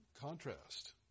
contrast